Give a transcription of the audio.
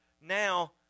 now